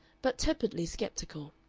but tepidly sceptical.